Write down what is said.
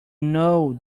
know